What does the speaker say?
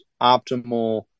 optimal